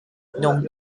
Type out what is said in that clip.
known